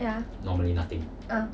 ya uh